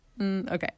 Okay